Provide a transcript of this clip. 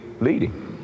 leading